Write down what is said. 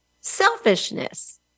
selfishness